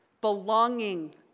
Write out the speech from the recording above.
Belonging